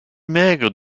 maigre